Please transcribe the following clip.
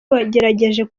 wagerageje